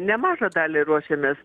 nemažą dalį ruošiamės